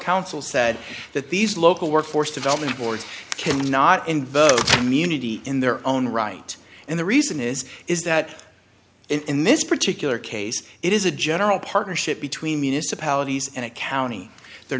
counsel said that these local workforce development boards cannot invoke immunity in their own right and the reason is is that in this particular case it is a general partnership between municipalities and county they're